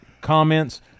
comments